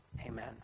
amen